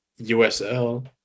USL